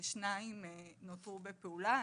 שניים נותרו בפעולה.